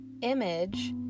Image